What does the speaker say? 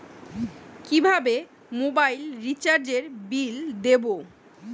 কিভাবে মোবাইল রিচার্যএর বিল দেবো?